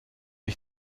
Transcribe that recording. ich